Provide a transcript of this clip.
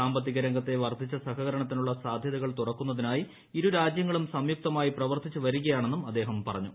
സാമ്പത്തിക രംഗത്തെ വർദ്ധിച്ച സഹകരണത്തിനുള്ള സാധ്യതകൾ തുറക്കുന്നതിനായി ഇരുരാജൃങ്ങളും സംയുക്തമായി പ്രവർത്തിച്ച് വരികയാണെന്നും അദ്ദേഹം പറഞ്ഞു